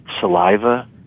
saliva